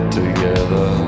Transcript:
together